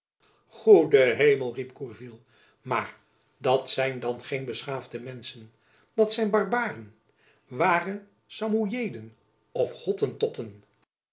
goede hemel riep gourville maar dat zijn dan geen beschaafde menschen dat zijn barbaren ware samojeden of